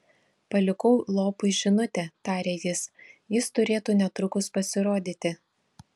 palikau lopui žinutę tarė jis jis turėtų netrukus pasirodyti